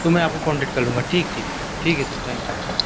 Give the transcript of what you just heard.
تو میں آپ کو کنٹیکٹ کر لوں گا ٹھیک ٹھیک ٹھیک ہے سر تھینک یو